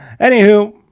anywho